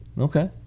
Okay